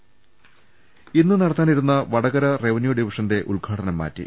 രദേഷ്ടങ ഇന്ന് നടത്താനിരുന്ന വടകര റവന്യൂ ഡിവിഷന്റെ ഉദ്ഘാടനം മാറ്റി